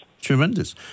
Tremendous